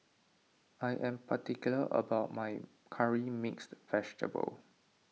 I am particular about my Curry Mixed Vegetable